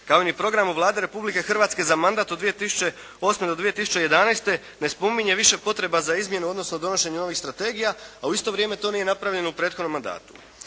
kao i Programom Vlade Republike Hrvatske za mandat od 2008. do 2011. ne spominje više potreba za izmjenom, odnosno donošenjem ovih strategija, a u isto vrijeme to nije napravljeno u prethodnom mandatu.